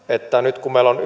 että nyt meillä on